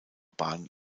bahn